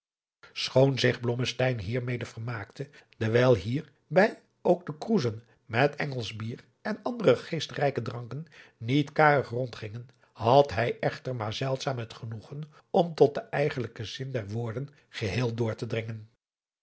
schoon zich blommesteyn hiermede vermaakte dewijl hier bij ook de kroezen met engelsch bier en andere geestrijke dranken niet karig rondgingen had hij echter maar zeldzaam het genoegen om tot den eigenlijken zin der woorden geheel door te dringen